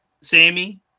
Sammy